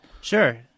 Sure